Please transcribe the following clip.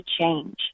change